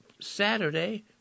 Saturday